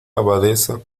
abadesa